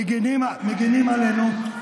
מגינים עלינו,